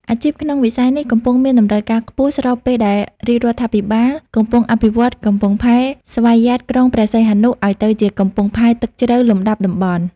អាជីពក្នុងវិស័យនេះកំពុងមានតម្រូវការខ្ពស់ ស្របពេលដែលរាជរដ្ឋាភិបាលកំពុងអភិវឌ្ឍកំពង់ផែស្វយ័តក្រុងព្រះសីហនុឱ្យទៅជាកំពង់ផែទឹកជ្រៅលំដាប់តំបន់។